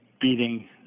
beating